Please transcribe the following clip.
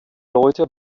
leute